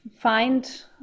find